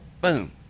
boom